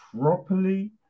properly